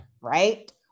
right